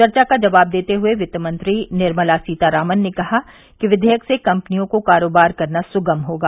चर्चा का जवाब देते हुए वित्त मंत्री निर्मला सीतारामन ने कहा कि विधेयक से कंपनियों को कारोबार करना सुगम होगा